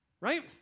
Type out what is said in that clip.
right